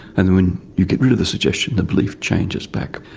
and when you get rid of the suggestion the belief changes back.